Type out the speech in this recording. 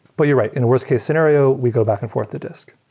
but you're right. in the worst case scenario, we go back and forth the disk